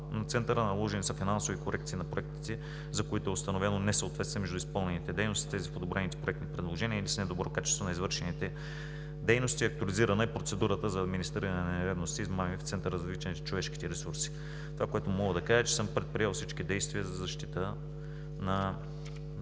на Центъра. Наложени са финансови корекции на проектите, за които е установено несъответствие между изпълнените дейности с тези в одобрените проектни предложения или с недобро качество на извършените дейности. Актуализирана е процедурата за администриране на нередности и измами в Центъра за развитие на човешките ресурси. Това, което мога да кажа, е, че съм предприел всички действия за защита на